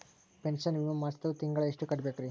Pension ವಿಮಾ ಮಾಡ್ಸಿದ್ರ ತಿಂಗಳ ಎಷ್ಟು ಕಟ್ಬೇಕ್ರಿ?